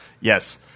Yes